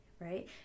right